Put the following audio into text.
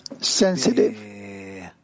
sensitive